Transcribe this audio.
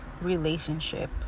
relationship